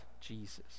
Jesus